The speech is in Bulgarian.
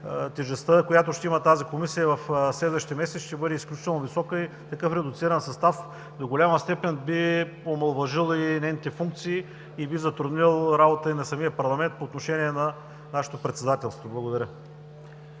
тежестта, която ще има тази комисия в следващите месеци, ще бъде изключително висока и такъв редуциран състав до голяма степен би омаловажил нейните функции и би затруднил работата и на самия парламент по отношение на нашето председателство. Благодаря.